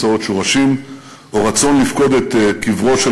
מסעות שורשים או רצון לפקוד את קברו של